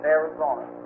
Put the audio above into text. Arizona